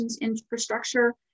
infrastructure